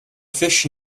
fish